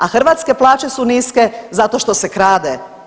A hrvatske plaće su niske zato što se krade.